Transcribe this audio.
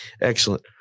Excellent